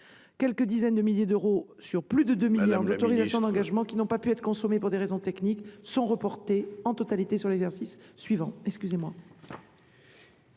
quelques dizaines de milliers d'euros sur plus de 2 milliards d'euros en autorisations d'engagement -qui n'ont pas pu être consommés pour des raisons techniques sont reportés en totalité sur l'exercice suivant.